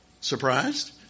Surprised